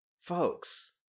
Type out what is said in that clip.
Folks